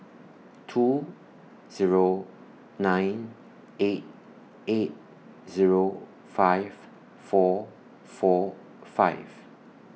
two Zero nine eight eight Zero five four four five